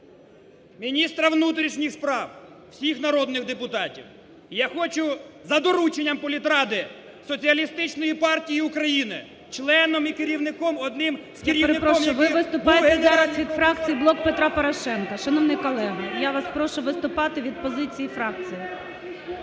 міністра внутрішніх справ, всіх народних депутатів, я хочу, за дорученням політради Соціалістичної партії України, членом і керівником, одним з керівником я… ГОЛОВУЮЧИЙ. Я перепрошую, ви виступаєте від фракції "Блок Петра Порошенка", шановний колега, я вас прошу вас виступати від позиції фракції.